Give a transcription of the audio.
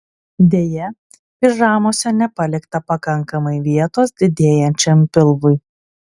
deja pižamose nepalikta pakankamai vietos didėjančiam pilvui